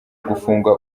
gufunga